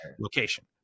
location